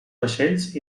vaixells